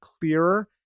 clearer